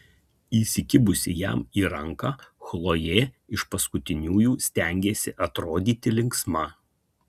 įsikibusi jam į ranką chlojė iš paskutiniųjų stengėsi atrodyti linksma